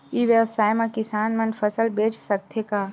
ई व्यवसाय म किसान मन फसल बेच सकथे का?